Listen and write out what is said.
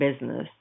business